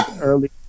early